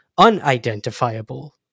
unidentifiable